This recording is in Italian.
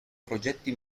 progetti